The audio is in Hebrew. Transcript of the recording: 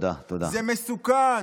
זה מסוכן.